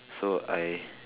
so I